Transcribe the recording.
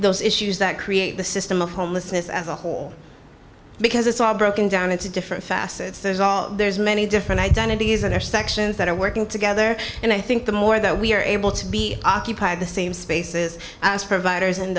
those issues that create the system of homelessness as a whole because it's all broken down into different facets there's all there's many different identities intersections that are working together and i think the more that we are able to be occupy the same spaces as providers and